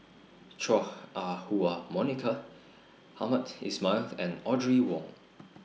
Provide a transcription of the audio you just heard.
Chua Ah Huwa Monica Hamed Ismail and Audrey Wong